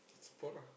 support lah